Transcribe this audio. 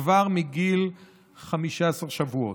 כבר מגיל 15 שבועות,